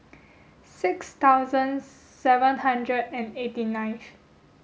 six thousand seven hundred and eighty nineth